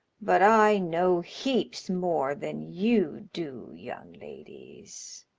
but i know heaps more than you do, young ladies.